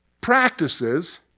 practices